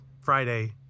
Friday